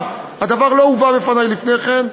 הדבר לא הובא בפני לפני כן.